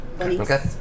Okay